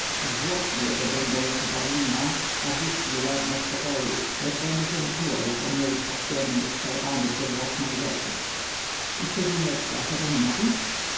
zwłoki jego będą jako padlina a duch nie zazna spokoju lecz będzie się tułał po miejscach ciemnych szarpany przez własne grzechy i ciebie nie odstrasza ten napis